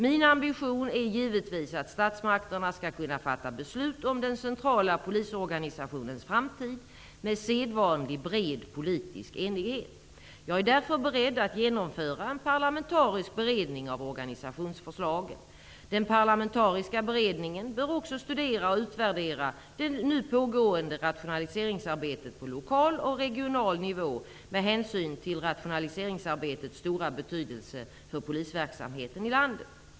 Min ambition är givetvis att statsmakterna skall kunna fatta beslut om den centrala polisorganisationens framtid med sedvanlig bred politisk enighet. Jag är därför beredd att genomföra en parlamentarisk beredning av organisationsförslagen. Den parlamentariska beredningen bör också studera och utvärdera det nu pågående rationaliseringsarbetet på lokal och regional nivå med hänsyn till rationaliseringsarbetets stora betydelse för polisverksamheten i landet.